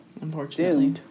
unfortunately